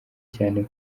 cyane